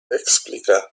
explica